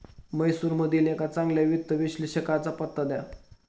म्हैसूरमधील एका चांगल्या वित्त विश्लेषकाचा पत्ता द्या